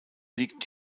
liegt